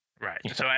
right